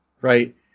Right